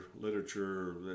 literature